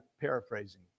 paraphrasing